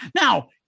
Now